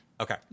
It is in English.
Okay